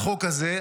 בחוק הזה.